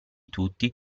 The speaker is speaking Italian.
tutti